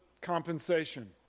compensation